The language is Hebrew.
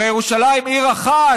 הרי ירושלים היא עיר אחת,